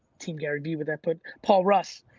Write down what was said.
team garyvee with that, but paul, russ,